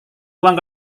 uang